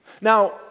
Now